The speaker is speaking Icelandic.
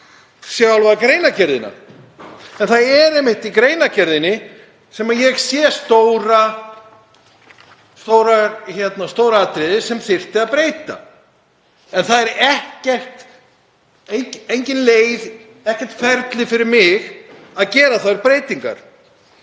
sjálfa greinargerðina. Það er einmitt í greinargerðinni sem ég sé stóra atriðið sem þyrfti að breyta en það er engin leið, ekkert ferli, fyrir mig að gera þær breytingar.